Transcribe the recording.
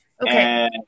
okay